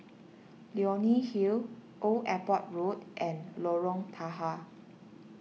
Leonie Hill Old Airport Road and Lorong Tahar